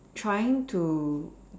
trying to